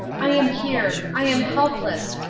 i am here. i am helpless.